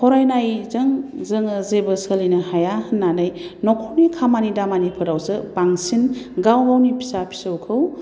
फरायनायजों जोङो जेबो सोलिनो हाया होन्नानै न'खरनि खामानि दामानिफोरावसो बांसिन गाव गावनि फिसा फिसौखौ